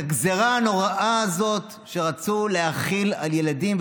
הגזרה הנוראה הזאת שרצו להחיל על ילדים,